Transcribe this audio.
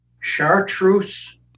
chartreuse